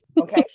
okay